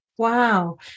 Wow